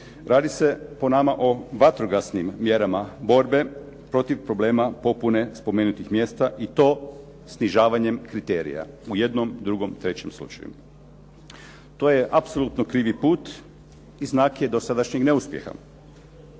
Radi se po nama o vatrogasnim mjerama borbe protiv problema popune spomenutih mjesta i to snižavanjem kriterija u jednom, drugom, trećem slučaju. To je apsolutno krivi put i znak je dosadašnjeg neuspjeha.